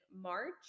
march